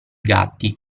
gatti